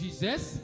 Jesus